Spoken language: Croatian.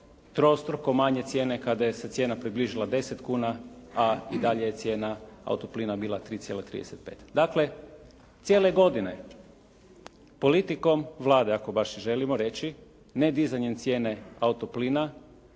trostruko manje cijene kada se cijena približila 10 kuna a i dalje je cijena auto plina bila 3,35. Dakle cijele godine politikom Vlade ako baš i želimo reći nedizanjem cijene auto plina